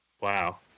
wow